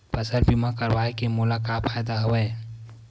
फसल बीमा करवाय के मोला का फ़ायदा हवय?